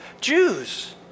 Jews